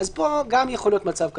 פה גם יכול להיות מצב כזה.